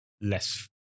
less